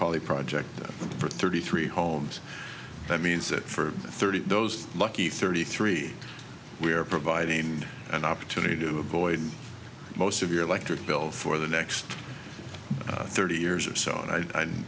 probably project for thirty three homes that means that for thirty those lucky thirty three we are providing an opportunity to avoid most of your electric bill for the next thirty years or so and i